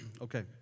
Okay